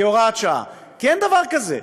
כהוראת שעה, כי אין דבר כזה.